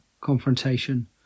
confrontation